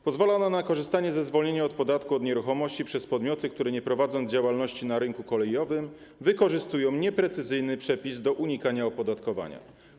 Pozwala ona na korzystanie ze zwolnienia od podatku od nieruchomości przez podmioty, które nie prowadzą działalności na rynku kolejowym i wykorzystują nieprecyzyjny przepis do unikania opodatkowania.